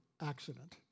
accident